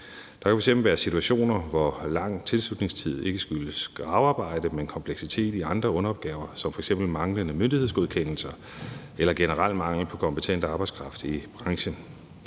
Der kan f.eks. være situationer, hvor lang tilslutningstid ikke skyldes gravearbejde, men kompleksitet i andre underopgaver som f.eks. manglende myndighedsgodkendelser eller generel mangel på kompetent arbejdskraft i branchen.